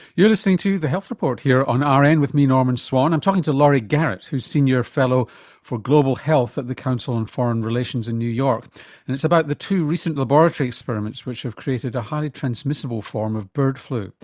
you're listening to the health report here on rn with me norman swan, i'm talking to laurie garrett who's senior fellow for global health at the council on foreign relations in new york and it's about the two recent laboratory experiments which have created a highly transmissible form of bird flu.